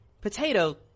Potato